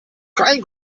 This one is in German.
kein